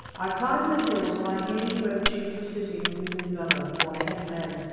i climbed the hill till i came to where the chief was sitting with his indunas, or headmen,